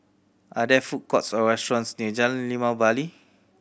are there food courts or restaurants near Jalan Limau Bali